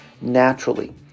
naturally